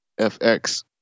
FX